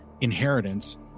inheritance